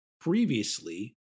previously